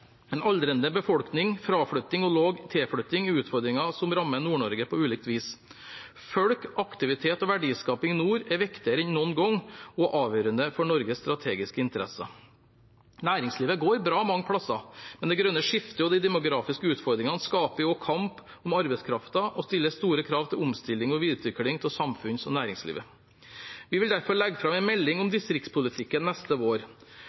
En aldrende befolkning, fraflytting og lav tilflytting er utfordringer som rammer Nord-Norge på ulikt vis. Folk, aktivitet og verdiskaping i nord er viktigere enn noen gang og er avgjørende for Norges strategiske interesser. Næringslivet går bra mange steder, men det grønne skiftet og de demografiske utfordringene skaper også kamp om arbeidskraften og stiller store krav til omstilling og videreutvikling av samfunns- og næringslivet. Vi vil derfor legge fram en melding om distriktspolitikken neste vår.